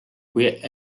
kuid